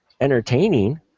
entertaining